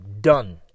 Done